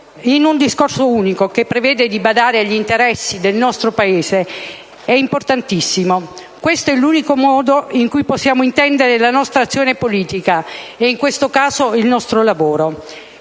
in un discorso unico, che prevede di badare agli interessi del nostro Paese, è importantissimo. Questo è l'unico modo in cui possiamo intendere la nostra azione politica. In questo caso il nostro lavoro